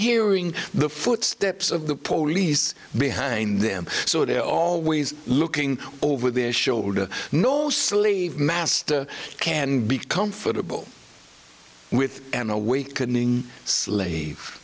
hearing the footsteps of the polies behind them so they're always looking over their shoulder knowsley mass can be comfortable with an awakening slave